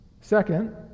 Second